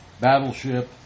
battleship